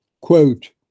quote